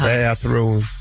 Bathroom